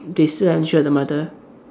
they still unsure the mother